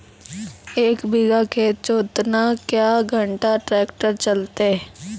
एक बीघा खेत जोतना क्या घंटा ट्रैक्टर चलते?